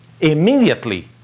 immediately